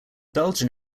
belgian